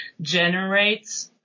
generates